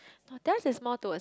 no theirs is more towards